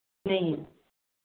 नहीं